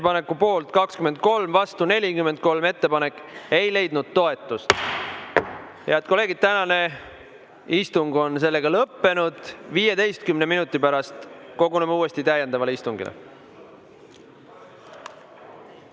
Ettepaneku poolt on 23, vastu 43. Ettepanek ei leidnud toetust. Head kolleegid, tänane istung on lõppenud. 15 minuti pärast koguneme uuesti, siis juba täiendavale istungile.